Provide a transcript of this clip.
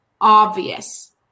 obvious